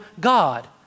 God